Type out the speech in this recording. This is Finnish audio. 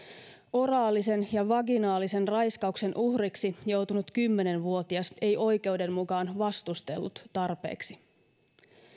oraalisen ja vaginaalisen raiskauksen uhriksi joutunut kymmenen vuotias ei oikeuden mukaan vastustellut tarpeeksi